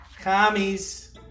Commies